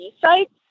sites